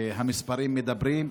והמספרים מדברים,